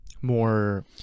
more